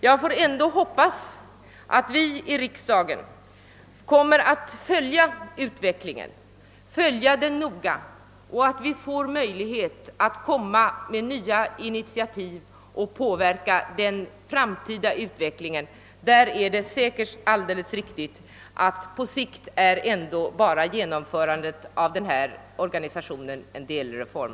Jag vill ändå hoppas att vi i riksdagen noga kommer att följa utvecklingen och att vi använder oss av möjligheten att framföra nya initiativ och att påverka det framtida skeendet. Det är säkerligen alldeles riktigt att på sikt är genomförandet av den aktuella organisationen ändå bara en delreform.